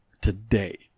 today